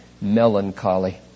melancholy